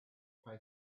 pay